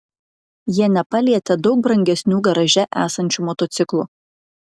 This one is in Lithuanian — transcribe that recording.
jie nepalietė daug brangesnių garaže esančių motociklų